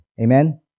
Amen